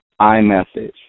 iMessage